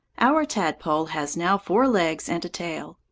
our tadpole has now four legs and a tail.